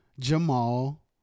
Jamal